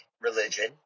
religion